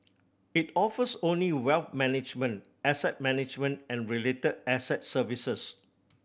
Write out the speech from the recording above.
it offers only wealth management asset management and related asset services